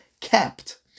kept